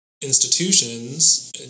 institutions